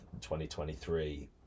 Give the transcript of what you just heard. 2023